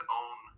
own